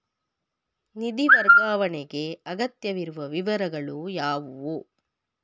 ನಿಧಿ ವರ್ಗಾವಣೆಗೆ ಅಗತ್ಯವಿರುವ ವಿವರಗಳು ಯಾವುವು?